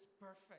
perfect